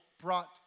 brought